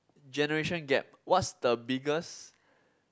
generation gap what's the biggest